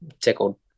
tickled